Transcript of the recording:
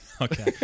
Okay